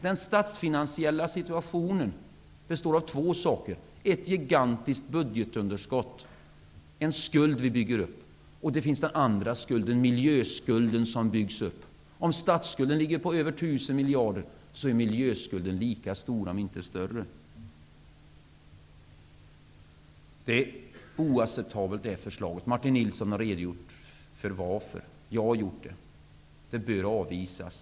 Den statsfinansiella situationen består av två saker. Det finns ett gigantiskt budgetunderskott. Det är en skuld som vi bygger upp. Vi bygger också upp en miljöskuld. Om statsskulden ligger på över 1 000 miljarder så är miljöskulden lika stor om inte större. Förslaget är oacceptabelt. Martin Nilsson har redogjort för varför det är så, och det har jag också gjort. Det bör avvisas.